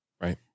Right